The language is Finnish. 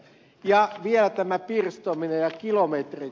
vielä tämä pirstominen ja kilometrit